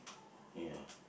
ya